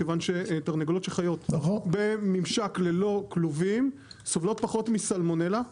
תרנגולות שחיות בממשק ללא כלובים סובלות פחות מסלמונלה;